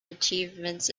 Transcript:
achievements